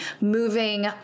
moving